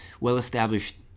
well-established